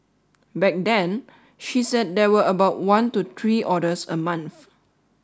back then she said there were about one to three orders a month